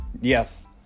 Yes